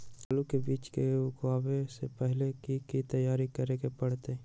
आलू के बीज के लगाबे से पहिले की की तैयारी करे के परतई?